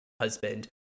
husband